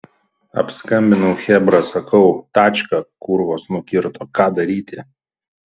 apskambinau chebra sakau tačką kurvos nukirto ką daryti